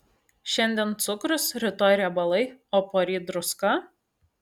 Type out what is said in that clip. šiandien cukrus rytoj riebalai o poryt druska